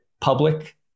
public